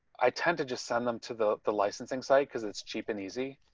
i tend to just send them to the the licensing side because it's cheap and easy.